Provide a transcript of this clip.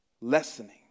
lessening